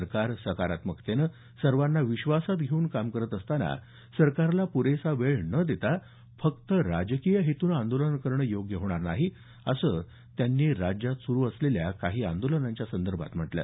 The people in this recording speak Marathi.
सरकार सकारात्मकतेनं सर्वांना विश्वासात घेऊन काम करत असताना सरकारला पुरेसा वेळ न देता फक्त राजकीय हेतूनं आंदोलनं करणं योग्य होणार नाही असं त्यांनी राज्यात सुरू असलेल्या काही आंदोलनांच्या संदर्भात म्हटलं